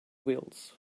wheels